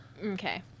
Okay